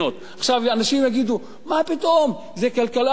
אנשים יגידו: מה פתאום, זה כלכלה חופשית.